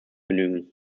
begnügen